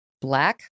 black